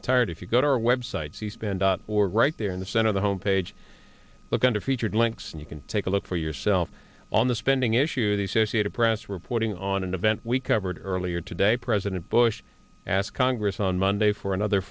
entirety if you go to our website c span dot or right there in the center of the home page look under featured links and you can take a look for yourself on the spending issue the sociate a press reporting on an event we covered earlier today president bush asked congress on monday for another